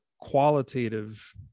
qualitative